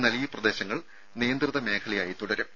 എന്നാൽ ഈ പ്രദേശങ്ങൾ നിയന്ത്രിത മേഖലയായി തുടരും